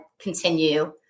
continue